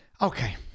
Okay